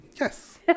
Yes